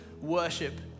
worship